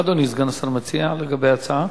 מה אדוני סגן השר מציע לגבי ההצעה?